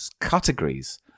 categories